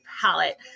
palette